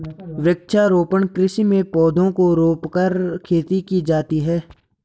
वृक्षारोपण कृषि में पौधों को रोंपकर खेती की जाती है